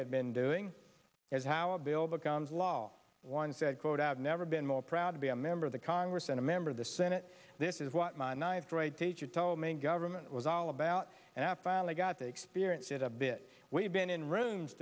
had been doing as how a bill becomes law one said quote i have never been more proud to be a member of the congress and a member of the senate this is what my ninth grade teacher told me raiment was all about and i finally got to experience it a bit we've been in rooms